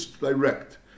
direct